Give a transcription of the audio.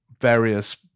various